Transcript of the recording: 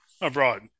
abroad